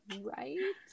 Right